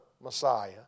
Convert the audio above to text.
Messiah